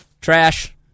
trash